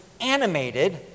animated